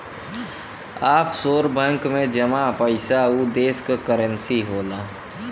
offshore bank में जमा पइसा उ देश क करेंसी होला